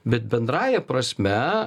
bet bendrąja prasme